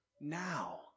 now